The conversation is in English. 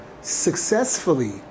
successfully